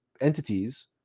entities